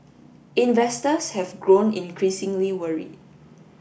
investors have grown increasingly worried